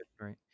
Right